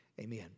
Amen